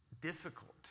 difficult